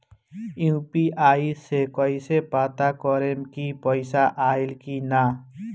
UPI से कईसे पता करेम की पैसा आइल की ना?